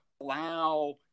allow